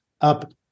up